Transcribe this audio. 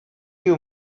you